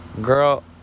Girl